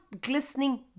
glistening